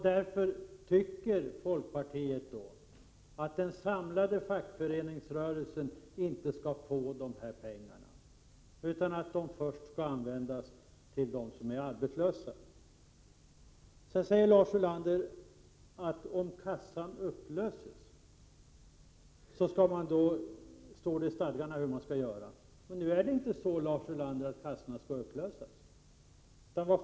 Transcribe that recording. Därför anser folkpartiet att den samlade fackföreningsrörelsen inte skall få dessa pengar utan att pengarna skall användas för de arbetslösa. Sedan säger Lars Ulander att det står i stadgarna hur man skall göra om kassorna upplöses. Men nu skall inte kassorna upplösas, Lars Ulander.